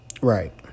Right